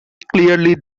clearly